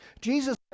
Jesus